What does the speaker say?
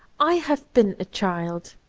i have been a child,